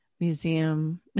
museum